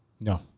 no